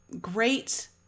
great